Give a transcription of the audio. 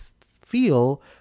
feel